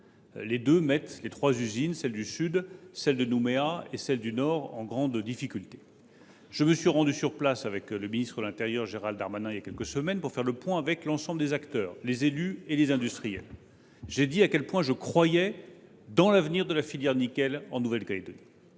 mettent les trois usines, celle du Sud, celle de Nouméa et celle du Nord, en grande difficulté. Je me suis rendu sur place avec le ministre de l’intérieur et des outre mer, Gérald Darmanin, voilà quelques semaines, pour faire le point avec l’ensemble des acteurs, les élus et les industriels. J’ai dit à quel point je croyais dans l’avenir économique de la filière du nickel en Nouvelle Calédonie.